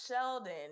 Sheldon